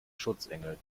schutzengel